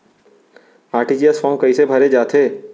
RTGS form कइसे भरे जाथे?